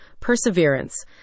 perseverance